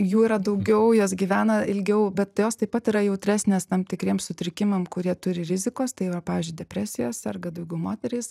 jų yra daugiau jos gyvena ilgiau bet jos taip pat yra jautresnės tam tikriems sutrikimam kurie turi rizikos tai yra pavyzdžiui depresija serga daugiau moterys